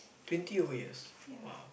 twenty over years !wow!